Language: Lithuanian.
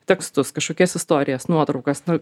tekstus kažkokias istorijas nuotraukas na